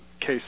case